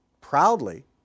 proudly